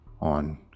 on